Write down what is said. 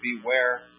beware